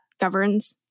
governs